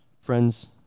Friends